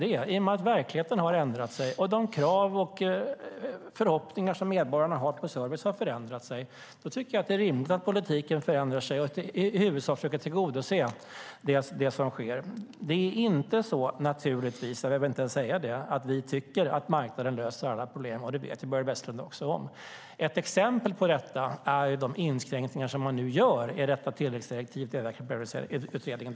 Det har vi gjort i och med att verkligheten ändrat sig och att de krav och förhoppningar som medborgarna har på service har förändrat sig. Det är då rimligt att politiken förändrar sig och att vi i huvudsak försöker tillmötesgå det som sker. Det är naturligtvis inte så - och jag vill inte ens säga det - att vi tycker att marknaden löser alla problem. Det vet Börje Vestlund också om. Ett exempel på detta är de inskränkningar som vi nu gör i ett av tilläggsdirektiven till utredningen.